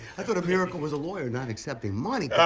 i thought a miracle was a lawyer not accepting money.